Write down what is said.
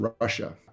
Russia